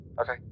Okay